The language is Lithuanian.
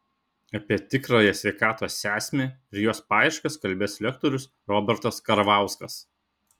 apie tikrąją sveikatos esmę ir jos paieškas kalbės lektorius robertas karvauskas